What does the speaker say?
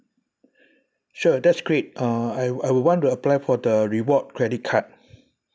sure that's great uh I I would want to apply for the reward credit card